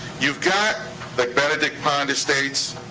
you've got the benedict pond estates.